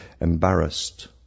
embarrassed